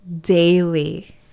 daily